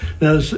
Now